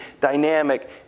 dynamic